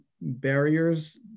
barriers